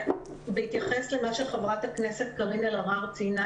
בהתייחס למה שחברת הכנסת קארין אלהרר ציינה,